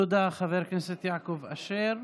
תודה, חבר הכנסת יעקב אשר.